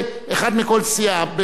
אחד מכל סיעה, בילסקי.